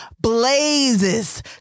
blazes